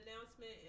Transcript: announcement